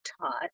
taught